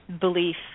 belief